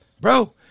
bro